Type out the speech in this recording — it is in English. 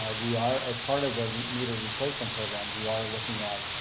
ah we are as part of the meter replacement program, we are looking at,